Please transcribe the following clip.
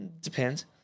depends